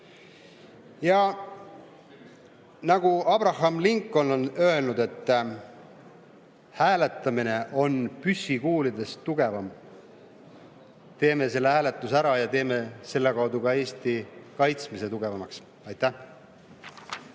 Ja nagu Abraham Lincoln on öelnud: hääletamine on püssikuulidest tugevam. Teeme selle hääletuse ära ja teeme selle kaudu ka Eesti kaitsmise tugevamaks!